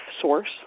Source